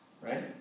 right